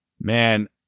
man